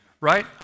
right